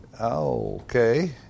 Okay